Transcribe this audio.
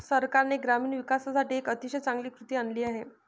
सरकारने ग्रामीण विकासासाठी एक अतिशय चांगली कृती आणली आहे